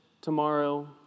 tomorrow